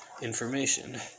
information